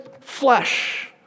flesh